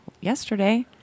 yesterday